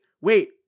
wait